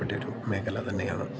പ്പെട്ടൊരു മേഖല തന്നെയാണ്